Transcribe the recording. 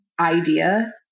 idea